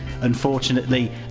Unfortunately